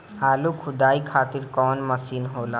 आलू खुदाई खातिर कवन मशीन होला?